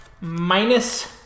Minus